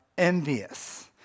envious